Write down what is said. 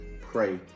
pray